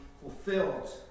fulfilled